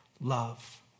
love